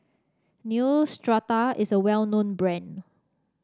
neostrata is a well known brand